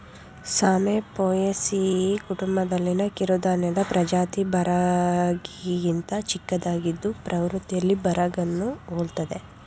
ಸಾಮೆ ಪೋಯೇಸಿಯಿ ಕುಟುಂಬದಲ್ಲಿನ ಕಿರುಧಾನ್ಯದ ಪ್ರಜಾತಿ ಬರಗಿಗಿಂತ ಚಿಕ್ಕದಾಗಿದ್ದು ಪ್ರವೃತ್ತಿಯಲ್ಲಿ ಬರಗನ್ನು ಹೋಲ್ತದೆ